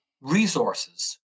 resources